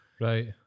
Right